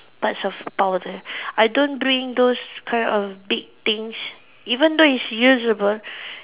parts of powder I don't bring those kind of big things even though it's usable